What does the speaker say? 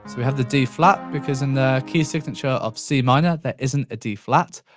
we have the d flat because in the key signature of c minor there isn't a d flat.